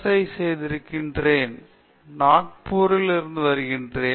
ஐ இங்கே செய்கிறேன் நாக்பூரிலிருந்து வருகிறேன்